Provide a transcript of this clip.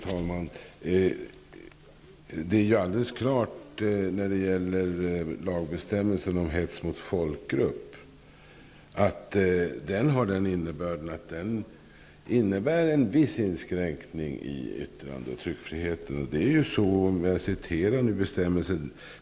Herr talman! Det är ju alldeles klart att lagbestämmelsen om hets mot folkgrupp innebär en viss inskränkning i yttrande och tryckfriheten.